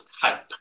type